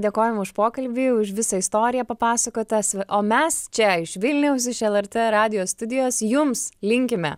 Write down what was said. dėkojame už pokalbį už visą istoriją papasakotas o mes čia iš vilniaus iš lrt radijo studijos jums linkime